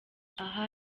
aha